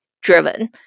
driven